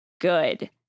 good